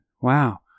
Wow